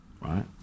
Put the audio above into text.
right